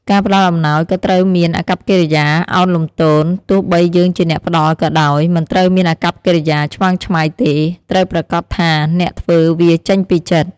ការផ្តល់អំណោយក៏ត្រូវមានអាកប្បកិរិយាឳនលំទោន ទោះបីយើងជាអ្នកផ្តល់ក៏ដោយមិនត្រូវមានអាកប្បកិរិយាឆ្មើងឆ្មៃទេ ត្រូវប្រាកដថាអ្នកធ្វើវាចេញពីចិត្ត។